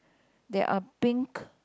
there are pink